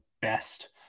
best